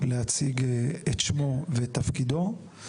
להציג את שמו ואת תפקידו.